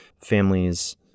families